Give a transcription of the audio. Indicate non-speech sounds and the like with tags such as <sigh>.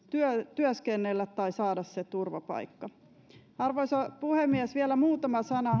työskennellä tai saada se turvapaikka arvoisa puhemies vielä muutama sana <unintelligible>